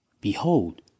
Behold